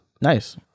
Nice